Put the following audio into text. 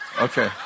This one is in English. Okay